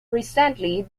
recently